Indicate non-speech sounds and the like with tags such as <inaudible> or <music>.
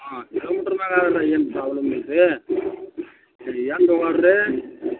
ಹಾಂ ಕಿಲೋಮೀಟ್ರ್ದಾಗೆ ಆದ್ರೆ ಏನೂ ಪ್ರಾಬ್ಲಮ್ ಇಲ್ಲ ರೀ ಸರಿ ಎಂದು <unintelligible>